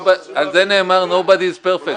על זה נאמר: no body is perfect.